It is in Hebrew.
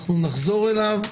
אנחנו נחזור אליו.